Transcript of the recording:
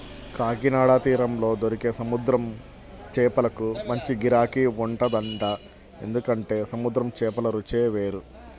కాకినాడ తీరంలో దొరికే సముద్రం చేపలకు మంచి గిరాకీ ఉంటదంట, ఎందుకంటే సముద్రం చేపల రుచే వేరు